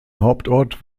hauptort